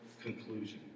conclusion